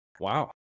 Wow